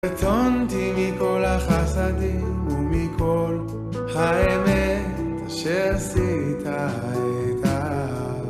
קטונתי מכל החסדים ומכל האמת אשר עשית את עבדך